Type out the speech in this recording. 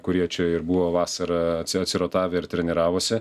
kurie čia ir buvo vasarą atsirotavę ir treniravosi